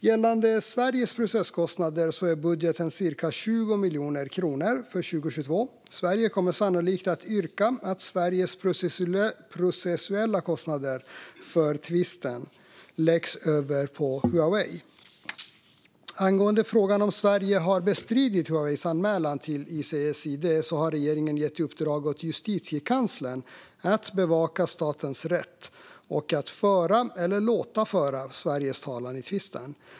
Gällande Sveriges processkostnader är budgeten cirka 20 miljoner kronor för 2022. Sverige kommer sannolikt att yrka på att Sveriges processuella kostnader för tvisten läggs över på Huawei. Angående frågan om Sverige har bestridit Huaweis anmälan till ICSID har regeringen gett i uppdrag åt Justitiekanslern att bevaka statens rätt och att föra eller låta föra Sveriges talan i tvisten.